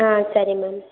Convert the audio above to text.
ಹಾಂ ಸರಿ ಮ್ಯಾಮ್